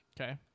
Okay